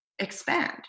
expand